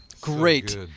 Great